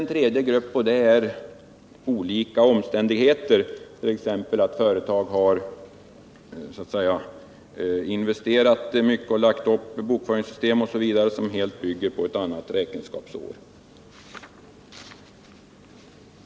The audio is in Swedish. En tredje grupp omfattar företag som exempelvis investerat mycket och lagt upp bokföringssystem som bygger på ett helt annat räkenskapsår.